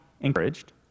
encouraged